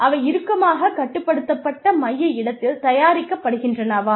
அவை இறுக்கமாகக் கட்டுப்படுத்தப்பட்ட மைய இடத்தில் தயாரிக்கப்படுகின்றனவா